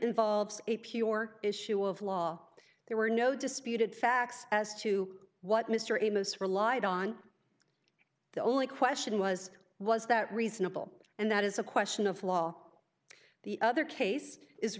involves a pure issue of law there were no disputed facts as to what mr ramos relied on the only question was was that reasonable and that is a question of law the other case is